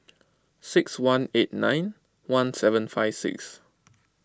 six one eight nine one seven five six